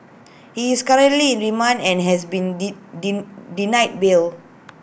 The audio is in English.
he is currently in remand and has been ding denied bail